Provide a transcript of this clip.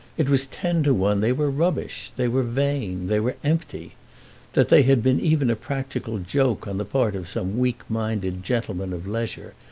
it was ten to one they were rubbish, they were vain, they were empty that they had been even a practical joke on the part of some weak-minded gentleman of leisure,